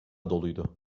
doluydu